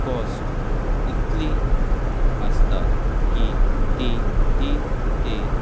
cost इतली आसता की ती तीन ते